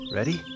Ready